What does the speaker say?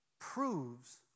proves